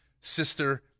Sister